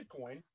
Bitcoin